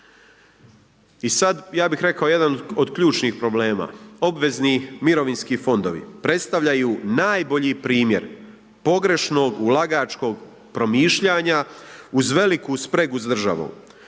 I sad ja bih rekao jedan od ključnih problema, obvezni mirovinski fondovi, predstavljaju najbolji primjer pogrešno ulagačkog promišljanja uz veliku spregu s državom.